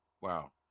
Wow